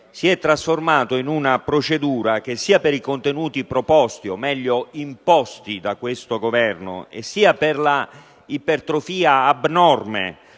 fatto trasformato in una procedura che, sia per i contenuti proposti, o meglio, imposti da questo Governo, sia per la ipertrofia abnorme